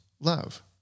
love